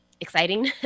exciting